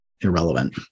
irrelevant